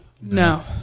No